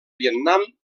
vietnam